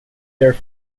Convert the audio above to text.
their